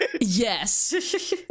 Yes